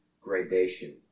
gradation